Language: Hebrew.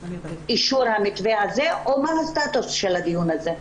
לאישור המתווה הזה או מה הסטטוס של הדיון הזה?